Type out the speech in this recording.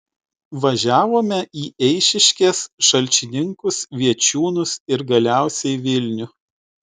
važiavome į eišiškės šalčininkus viečiūnus ir galiausiai vilnių